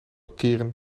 keren